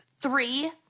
three